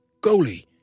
goalie